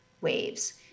waves